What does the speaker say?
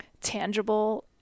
tangible